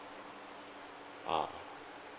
ah